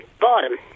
bottom